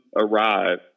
arrive